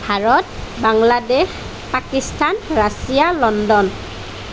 Bharat Bangladesh Pakistan Russia London